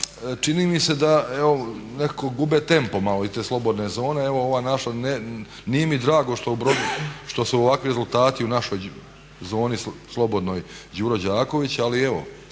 čini mi se da evo nekako gube tempo i te slobodne zone, evo ova naša, nije mi drago što u Brodu što su ovakvi rezultati u našoj zoni slobodnoj Đuro Đaković ali evo,